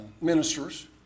ministers